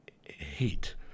hate